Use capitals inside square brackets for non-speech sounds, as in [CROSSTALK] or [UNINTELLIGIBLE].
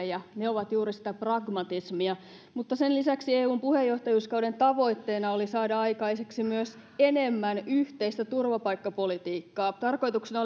[UNINTELLIGIBLE] ja ne ovat juuri sitä pragmatismia mutta sen lisäksi eun puheenjohtajuuskauden tavoitteena oli saada aikaiseksi myös enemmän yhteistä turvapaikkapolitiikkaa tarkoituksena [UNINTELLIGIBLE]